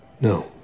no